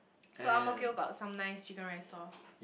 so Ang-Mo-Kio got some nice chicken rice stall